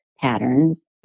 patterns